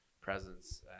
presence